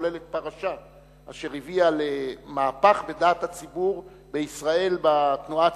מתחוללת פרשה אשר הביאה למהפך בדעת הציבור בישראל בתנועה הציונית.